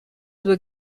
due